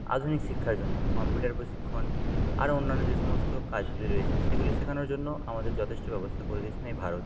আধুনিক শিক্ষার জন্য কম্পিউটার প্রশিক্ষণ আরও অন্যান্য যে সমস্ত কাজগুলি রয়েছে সেগুলি শেখানোর জন্য আমাদের যথেষ্ট ব্যবস্থা করে দিয়েছেন এই ভারত